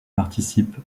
participe